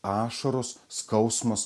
ašaros skausmas